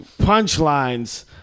punchlines